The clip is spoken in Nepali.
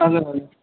हजुर हजुर